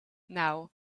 now